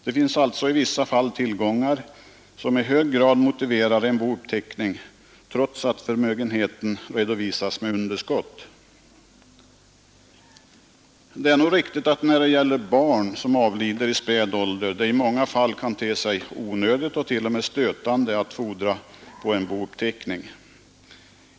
Det finns alltså i vissa fall tillgångar som i hög grad motiverar en bouppteckning trots att förmögenheten redovisas med underskott. Det är nog riktigt att det när det gäller barn som avlider i späd ålder i många fall kan te sig onödigt och t.o.m. stötande att fordra att få en bouppteckning.